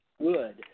good